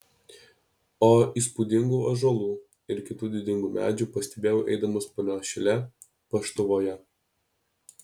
o įspūdingų ąžuolų ir kitų didingų medžių pastebėjau eidamas punios šile paštuvoje